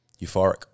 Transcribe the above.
Euphoric